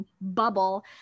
bubble